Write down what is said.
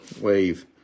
wave